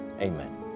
Amen